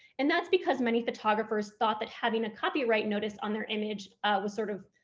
and that's because many photographers thought that having a copyright notice on their image was sort of,